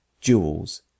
jewels